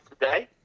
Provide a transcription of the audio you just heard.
today